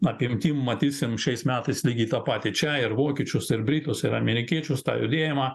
apimtim matysim šiais metais lygiai tą patį čia ir vokiečius ir britus ir amerikiečius tą rėmą